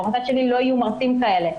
או להגיד: במוסד שלי לא יהיו מרצים כאלה.